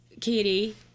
Katie